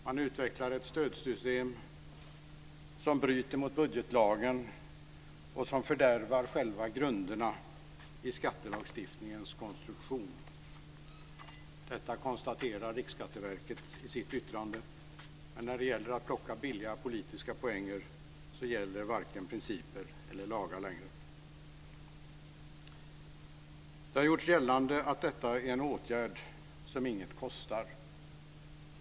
Man utvecklar ett stödsystem som bryter mot budgetlagen och som fördärvar själva grunderna i skattelagstiftningens konstruktion. Detta konstaterar Riksskatteverket i sitt yttrande. Men när det gäller att plocka billiga politiska poänger gäller varken principer eller lagar längre. Det har gjorts gällande att detta är en åtgärd som inget kostar.